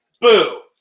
boo